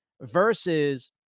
versus